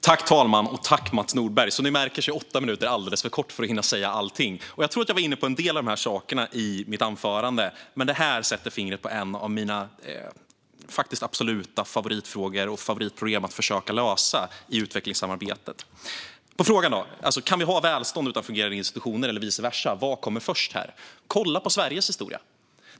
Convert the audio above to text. Herr talman! Tack för frågan, Mats Nordberg! Som ni märker är åtta minuter alldeles för kort tid för att hinna säga allt. Jag tror att jag var inne på en del av detta i mitt anförande, men detta sätter fingret på ett av de problem i utvecklingssamarbetet som hör till mina favoriter att försöka lösa. Kan vi ha välstånd utan fungerande institutioner eller vice versa - vad kommer först? Kolla på Sveriges historia!